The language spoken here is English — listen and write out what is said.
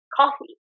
coffee